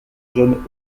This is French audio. john